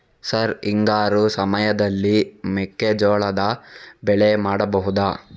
Sir ಹಿಂಗಾರು ಸಮಯದಲ್ಲಿ ಮೆಕ್ಕೆಜೋಳದ ಬೆಳೆ ಮಾಡಬಹುದಾ?